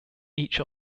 each